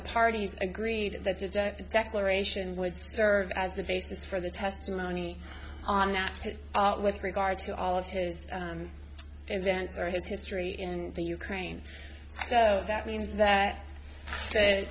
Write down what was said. the parties agreed that's a declaration would serve as the basis for the testimony on at all with regard to all of his events or his history in the ukraine so that means that t